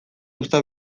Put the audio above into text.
uzta